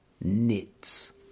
Knits